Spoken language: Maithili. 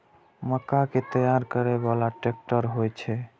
मक्का कै तैयार करै बाला ट्रेक्टर होय छै?